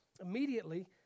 Immediately